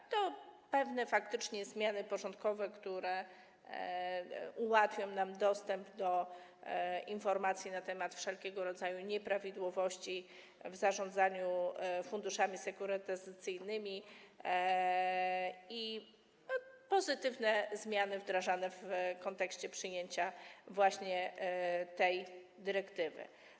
Są to faktycznie pewne zmiany porządkowe, które ułatwią nam dostęp do informacji na temat wszelkiego rodzaju nieprawidłowości w zarządzaniu funduszami sekurytyzacyjnymi, i inne pozytywne zmiany wdrażane w kontekście przyjęcia właśnie tej dyrektywy.